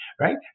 right